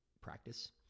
practice